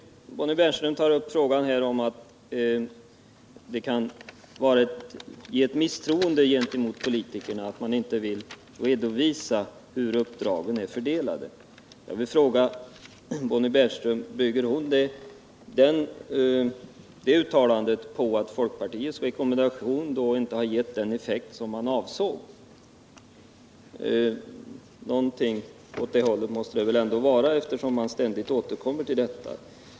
Bonnie Bernström tar upp frågan om att det kan skapa ett misstroende gentemot politikerna att de inte vill redovisa hur uppdragen är fördelade. Jag vill fråga Bonnie Bernström: Bygger hon det uttalandet på att folkpartiets rekommendation inte har gett den effekt som avsågs? Någonting åt det hållet måste det väl ändå vara eftersom folkpartiet ständigt återkommer till detta.